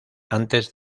antes